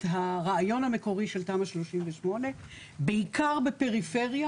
הרעיון המקורי של תמ"א 38. בעיקר בפריפריה